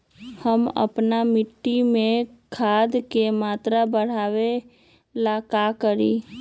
हम अपना मिट्टी में खाद के मात्रा बढ़ा वे ला का करी?